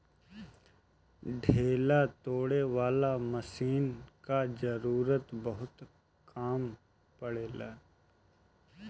ढेला तोड़े वाला मशीन कअ जरूरत बहुत कम पड़ेला